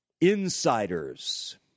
insiders